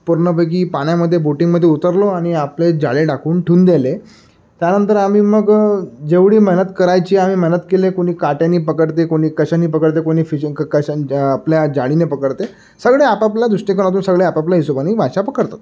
पूर्णपैकी पाण्यामध्ये बोटिंगमध्ये उतरलो आणि आपले जाळे टाकून ठेऊन दिले त्यानंतर आम्ही मग जेवढी मेहनत करायची आम्ही मेहनत केले क कोणी काट्यानी पकडते कोणी कशानी पकडते कोणी फिशिंग कशा आपल्या जाळीने पकडते सगळे आपापल्या दृष्टिकोनातून सगळे आपापल्या हिशोबानी माश्या पकडतात